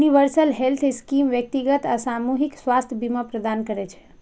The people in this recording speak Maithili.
यूनिवर्सल हेल्थ स्कीम व्यक्तिगत आ सामूहिक स्वास्थ्य बीमा प्रदान करै छै